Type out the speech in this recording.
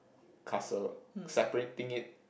castle separating it